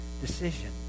decision